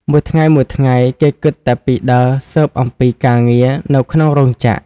មួយថ្ងៃៗ គេគិតតែពីដើរស៊ើបអំពីការងារនៅក្នុងរោងចក្រ ។